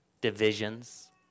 divisions